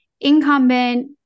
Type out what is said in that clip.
incumbent